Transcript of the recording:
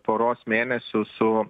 poros mėnesių su